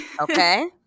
Okay